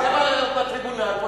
יושב בטריבונל פה,